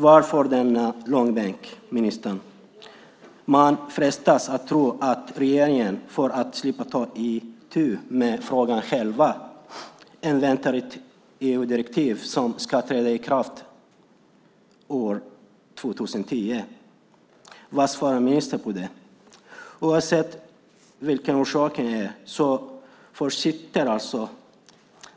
Varför denna långbänk, ministern? Man frestas att tro att regeringen för att slippa ta itu med frågan själv inväntar ett EU-direktiv som ska träda i kraft år 2010. Vad svarar ministern på det? Oavsett vilken orsaken är försitter